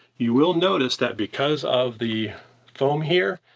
you will notice that, because of the foam here,